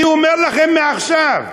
אני אומר לכם מעכשיו: